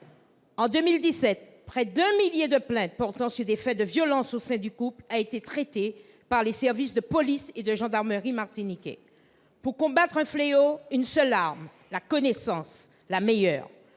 En 2017, près d'un millier de plaintes concernant des faits de violences au sein du couple ont été traitées par les services de police et de gendarmerie martiniquais. Pour combattre un tel fléau, une seule arme : la connaissance. Aujourd'hui,